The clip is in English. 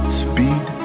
speed